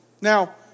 Now